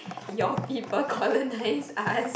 your people colonised us